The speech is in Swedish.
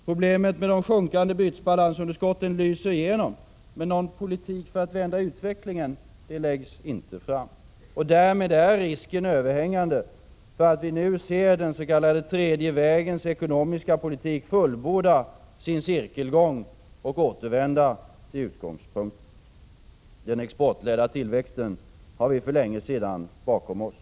Problemen med de sjunkande bytesbalansunderskotten lyser igenom, men någon politik för att vända utvecklingen läggs inte fram. Och därmed är risken överhängande för att vi nu ser den s.k. tredje vägens ekonomiska politik fullborda sin cirkelgång och återvända till utgångspunkten. Den exportledda tillväxten har vi för länge sedan lämnat bakom oss.